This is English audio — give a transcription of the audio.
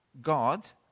God